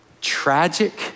tragic